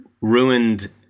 ruined